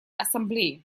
ассамблеи